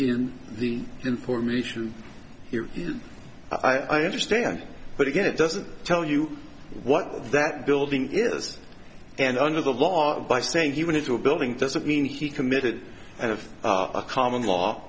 in the information here i understand but again it doesn't tell you what that building is and under the law by saying he went into a building doesn't mean he committed and of a common law